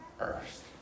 earth